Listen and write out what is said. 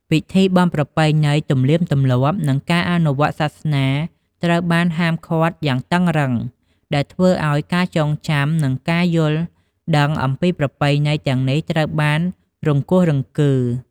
ពិធីបុណ្យប្រពៃណី ទំនៀមទម្លាប់និងការអនុវត្តសាសនាត្រូវបានហាមឃាត់យ៉ាងតឹងរ៉ឹង ដែលធ្វើឱ្យការចងចាំ និងការយល់ដឹងអំពីប្រពៃណីទាំងនេះត្រូវបានរង្គោះរង្គើ។